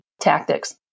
tactics